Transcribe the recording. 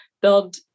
build